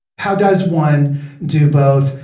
how does one do both?